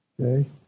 Okay